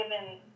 given